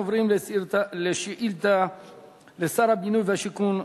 אנחנו עוברים לשאילתא לשר הבינוי והשיכון.